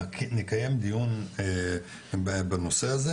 נקיים דיון בנושא הזה